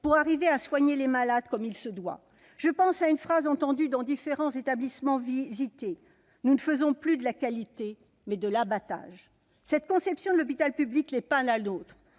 pour arriver à soigner les malades comme il se doit. Je pense à une phrase entendue dans différents établissements visités :« Nous ne faisons plus de la qualité, mais de l'abattage. » Cette conception de l'hôpital public n'est pas la nôtre.